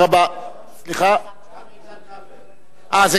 אין מתנגדים, אין נמנעים.